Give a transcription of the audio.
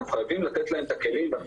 אנחנו חייבים לתת להם את הכלים ואנחנו